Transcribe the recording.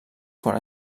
quan